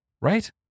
Right